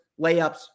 layups